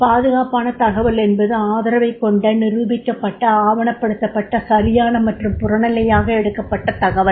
பாதுகாப்பான தகவல் என்பது ஆதரவைக் கொண்ட நிரூபிக்கப்பட்ட ஆவணப்படுத்தப்பட்ட சரியான மற்றும் புறநிலையாக எடுக்கப்பட்ட தகவல்